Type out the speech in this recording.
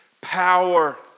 power